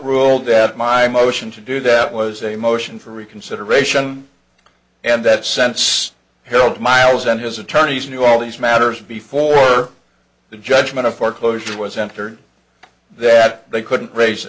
ruled that my motion to do that was a motion for reconsideration and that sense help miles and his attorneys knew all these matters before the judgment of foreclosure was entered that they couldn't raise